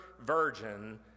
virgin